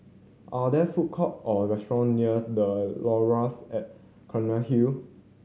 are there food court or restaurant near The Laurels at Cairnhill